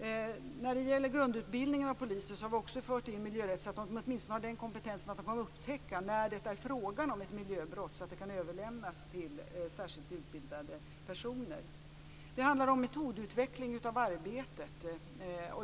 Vi har också fört in miljörätten i grundutbildningen av poliser. Då har de åtminstone den kompetensen att de kan upptäcka när det är frågan om ett miljöbrott så att det kan överlämnas till särskilt utbildade personer. Det handlar om metodutveckling av arbetet.